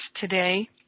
today